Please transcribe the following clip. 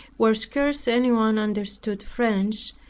where scarce anyone understood french,